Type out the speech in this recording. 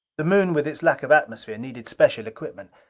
the moon, with its lack of atmosphere, needed special equipment.